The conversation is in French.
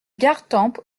gartempe